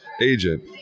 agent